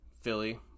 Philly